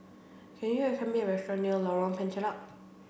can you recommend me a restaurant near Lorong Penchalak